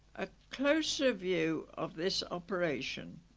a closer view of this operation